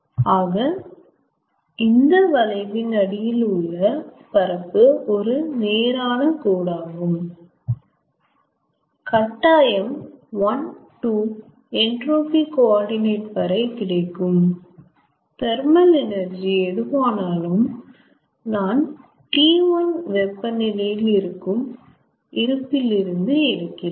ஆக இந்த வளைவின் அடியில் உள்ள பரப்பு ஒரு நேரான கோடு ஆகும் கட்டாயம் 1 2 என்ட்ரோபி கோ ஆர்டினட் வரை கிடைக்கும் தெர்மல் எனர்ஜி எதுவானாலும் நான் T1 வெப்பநிலையில் இருக்கும் இருப்பில் இருந்து எடுக்கிறேன்